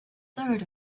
third